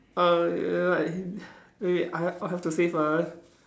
uh like wait wait I I have to say first